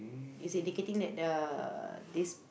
is indicating that the uh this